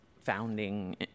founding